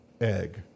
egg